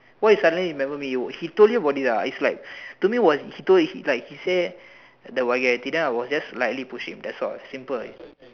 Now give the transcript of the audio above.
why you suddenly remember me you he told you about this ah is like to me was he told you he like he say the vulgarity then I was just like lightly push him that's all simple you know